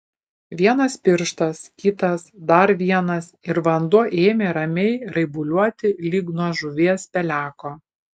vienas pirštas kitas dar vienas ir vanduo ėmė ramiai raibuliuoti lyg nuo žuvies peleko